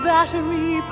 Battery